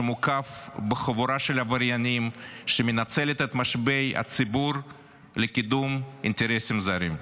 שמוקף בחבורה של עבריינים שמנצלת את משאבי הציבור לקידום אינטרסים זרים.